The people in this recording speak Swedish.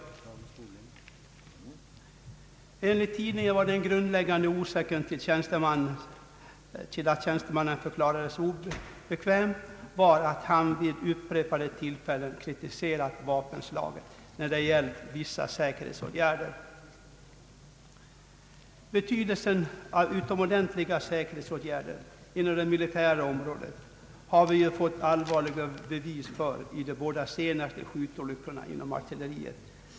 Tidningen uppger att den grundläggande orsaken till att tjänstemannen förklarades obekväm var att han vid upprepade tillfällen kritiserat vapenslaget när det gällt vissa säkerhetsåtgärder. Betydelsen av utomordentliga säkerhetsåtgärder inom det militära området har vi ju fått allvarliga bevis för i de båda senaste skjutolyckorna inom artilleriet.